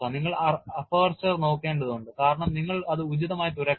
നിങ്ങൾ അപ്പർച്ചർ നിർമ്മിക്കേണ്ടതുണ്ട് കാരണം നിങ്ങൾ അത് ഉചിതമായി തുരക്കണം